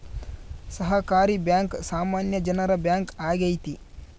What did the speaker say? ಸಹಕಾರಿ ಬ್ಯಾಂಕ್ ಸಾಮಾನ್ಯ ಜನರ ಬ್ಯಾಂಕ್ ಆಗೈತೆ